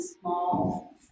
small